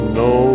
no